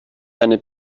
eine